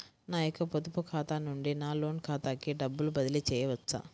నా యొక్క పొదుపు ఖాతా నుండి నా లోన్ ఖాతాకి డబ్బులు బదిలీ చేయవచ్చా?